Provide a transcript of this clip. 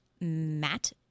Matt